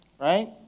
Right